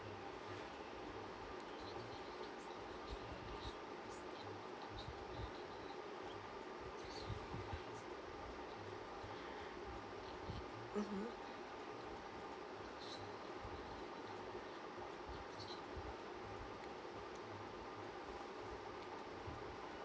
mmhmm